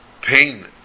pain